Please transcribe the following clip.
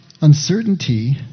uncertainty